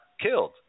killed